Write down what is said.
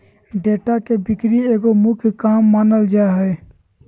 data के बिक्री एगो मुख्य काम मानल जा हइ